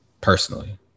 personally